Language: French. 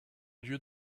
lieu